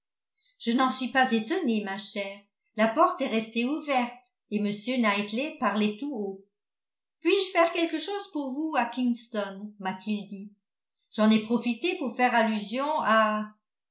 je n'en suis pas étonnée ma chère la porte est restée ouverte et m knightley parlait tout haut puis-je faire quelque chose pour vous à kinston m'a-t-il dit j'en ai profité pour faire allusion à